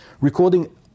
recording